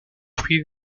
fruits